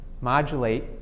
modulate